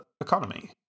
economy